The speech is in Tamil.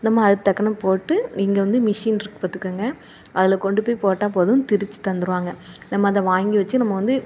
நம்ம அதுத்தக்கனம் போட்டு இங்கே வந்து மிஷின்ருக்குது பார்த்துக்கோங்க அதில் கொண்டு போய் போட்டா போதும் திரிச்சி தந்துடுவாங்க நம்ம அதை வாங்கி வச்சு நம்ம வந்து